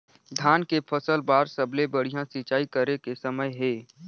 धान के फसल बार सबले बढ़िया सिंचाई करे के समय हे?